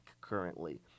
currently